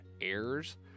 errors